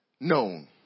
known